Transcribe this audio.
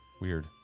Weird